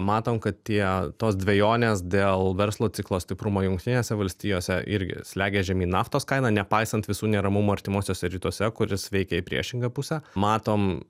matom kad tie tos dvejonės dėl verslo ciklo stiprumo jungtinėse valstijose irgi slegia žemyn naftos kainą nepaisant visų neramumų artimuosiuose rytuose kuris veikia į priešingą pusę matom